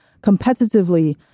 competitively